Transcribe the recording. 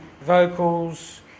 vocals